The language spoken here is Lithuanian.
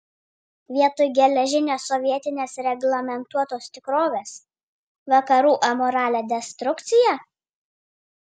vietoj geležinės sovietinės reglamentuotos tikrovės vakarų amoralią destrukciją